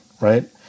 right